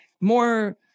more